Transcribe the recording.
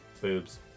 Boobs